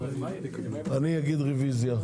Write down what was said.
אני אגיד רוויזיה.